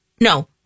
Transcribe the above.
no